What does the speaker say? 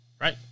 right